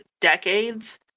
decades